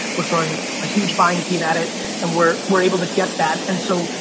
we're throwing a huge buying team at it and we're we're able to get that. and so,